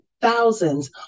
thousands